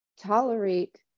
tolerate